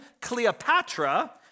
Cleopatra